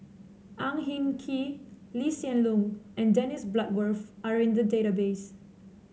Ang Hin Kee Lee Hsien Loong and Dennis Bloodworth are in the database